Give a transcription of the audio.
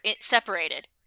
separated